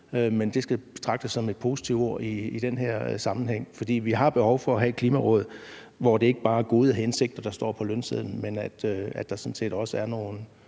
men det skal betragtes som et positivt udtryk i den her sammenhæng. For vi har behov for at have et Klimaråd, hvor det ikke bare er gode hensigter, der står på lønsedlen, men at der sådan set også er nogle